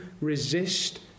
resist